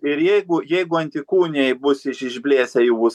ir jeigu jeigu antikūniai bus iš išblėsę jų bus